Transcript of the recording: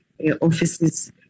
offices